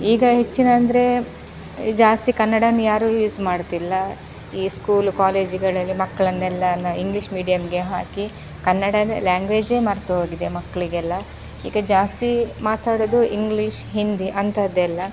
ಈಗ ಹೆಚ್ಚಿನ ಅಂದರೆ ಜಾಸ್ತಿ ಕನ್ನಡನ ಯಾರೂ ಯೂಸ್ ಮಾಡ್ತಿಲ್ಲ ಈ ಸ್ಕೂಲು ಕಾಲೇಜುಗಳಲ್ಲಿ ಮಕ್ಕಳನ್ನೆಲ್ಲ ಇಂಗ್ಲೀಷ್ ಮೀಡಿಯಮ್ಗೆ ಹಾಕಿ ಕನ್ನಡ ಅನ್ನೋ ಲ್ಯಾಂಗ್ವೇಜೇ ಮರೆತೋಗಿದೆ ಮಕ್ಕಳಿಗೆಲ್ಲ ಈಗ ಜಾಸ್ತಿ ಮಾತಾಡೋದು ಇಂಗ್ಲೀಷ್ ಹಿಂದಿ ಅಂಥದ್ದೆಲ್ಲ